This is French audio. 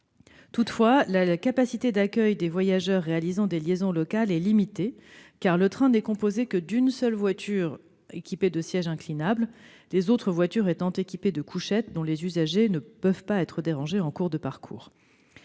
Toutefois, la capacité d'accueil des voyageurs réalisant des liaisons locales est limitée, car le train n'est composé que d'une seule voiture équipée de sièges inclinables, les autres étant équipées de couchettes, dont les usagers ne sauraient être dérangés en cours de parcours.